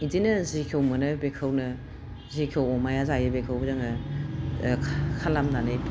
बिदिनो जिखौ मोनो बेखौनो जेखौ अमाया जायो बेखौ जोङो खालामनानै